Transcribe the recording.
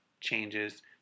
changes